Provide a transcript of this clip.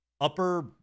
upper